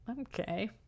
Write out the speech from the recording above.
okay